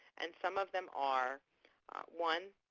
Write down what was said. and some of them are one,